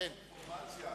קצת אינפורמציה: